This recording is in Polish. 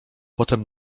potem